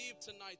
tonight